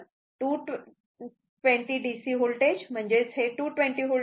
तर 220 DC voltage म्हणजेच हे 220 V आहे